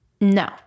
No